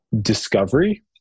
discovery